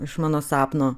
iš mano sapno